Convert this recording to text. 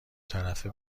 طرفه